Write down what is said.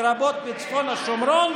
לרבות בצפון השומרון,